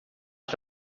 que